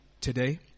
today